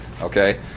Okay